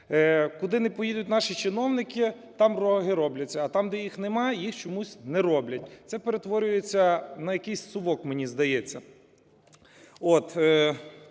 Куди не поїдуть наші чиновники, там дороги робляться. А там, де їх немає, їх чомусь не роблять. Це перетворюється на якийсь совок, мені здається.